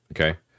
Okay